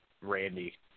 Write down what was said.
Randy